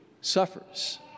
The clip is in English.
suffers